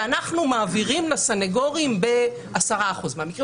ואנחנו מעבירים לסנגורים ב-10% מהמקרים.